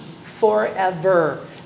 forever